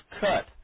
cut